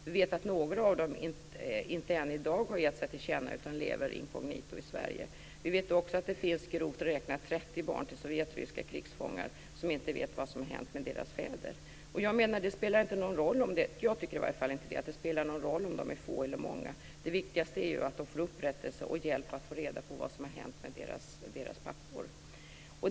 Vi vet att några av dem inte än i dag har gett sig till känna utan de lever inkognito i Sverige. Vi vet också att det finns grovt räknat 30 barn till sovjetryska krigsfångar som inte vet vad som hänt deras fäder. Jag tycker inte att det spelar någon roll om de är få eller många. Det viktigaste är att de får upprättelse och hjälp med att få reda på vad som har hänt med deras pappor.